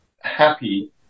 happy